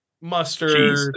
mustard